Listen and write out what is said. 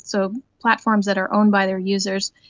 so platforms that are owned by their users,